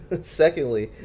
secondly